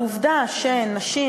העובדה שנשים,